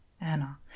Anna